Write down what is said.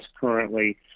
currently